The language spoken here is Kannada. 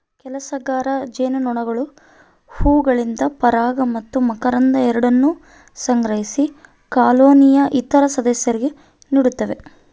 ಕೆಲಸಗಾರ ಜೇನುನೊಣಗಳು ಹೂವುಗಳಿಂದ ಪರಾಗ ಮತ್ತು ಮಕರಂದ ಎರಡನ್ನೂ ಸಂಗ್ರಹಿಸಿ ಕಾಲೋನಿಯ ಇತರ ಸದಸ್ಯರಿಗೆ ನೀಡುತ್ತವೆ